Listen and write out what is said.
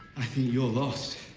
i think you're lost.